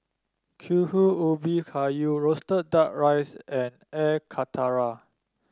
Kuih Ubi Kayu roasted duck rice and Air Karthira